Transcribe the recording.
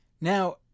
Now